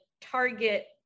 target